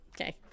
Okay